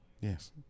Yes